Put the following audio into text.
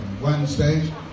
wednesday